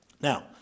Now